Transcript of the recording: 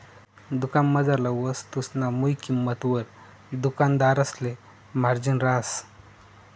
दुकानमझारला वस्तुसना मुय किंमतवर दुकानदारसले मार्जिन रहास